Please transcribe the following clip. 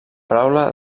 paraula